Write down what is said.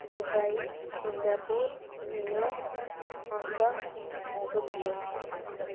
Dubai Singapore New York Hong Kong Tokyo